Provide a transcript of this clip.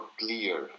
clear